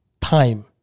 time